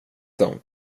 dem